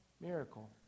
Miracle